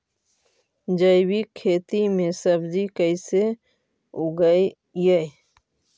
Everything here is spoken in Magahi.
जैविक खेती में सब्जी कैसे उगइअई?